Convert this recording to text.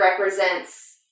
represents